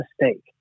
mistake